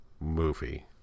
movie